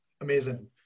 amazing